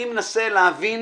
אני מנסה להבין